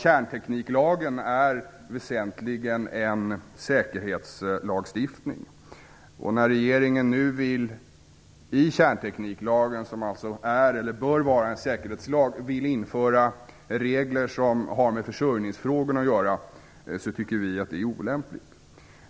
Kärntekniklagen är väsentligen en säkerhetslag, och när regeringen nu i kärntekniklagen, som alltså är eller bör vara en säkerhetslag, vill införa regler som har med försörjningsfrågorna att göra tycker vi att det är olämpligt.